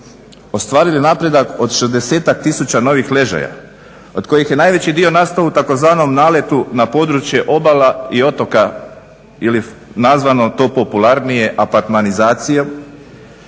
ostvarili napredak od 60-tak tisuća novih ležaja od kojih je najveći dio nastao u tzv. naletu na područje obala i otoka ili nazvano to popularnije apartmanizacijom